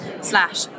slash